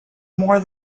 more